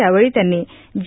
यावेळी त्यांनी जे